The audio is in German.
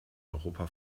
europa